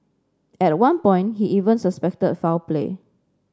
at one point he even suspected foul play